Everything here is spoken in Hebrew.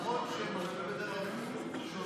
ולמרות שהם הלכו בדרך שונה,